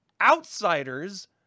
outsiders